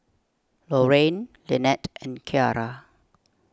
Lorraine Lynnette and Keara